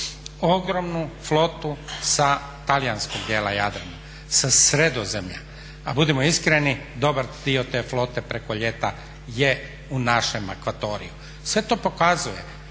ogromnu flotu sa talijanskog dijela Jadrana, sa Sredozemlja, a budimo iskreni dobar dio te flote preko ljeta je u našem akvatoriju. Sve to pokazuje